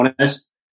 honest